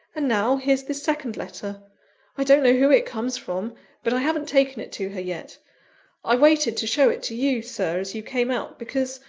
and now, here's this second letter i don't know who it comes from but i haven't taken it to her yet i waited to show it to you, sir, as you came out, because